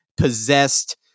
possessed